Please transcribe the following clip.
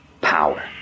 power